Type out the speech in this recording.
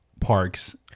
parks